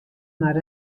mar